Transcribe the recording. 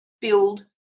build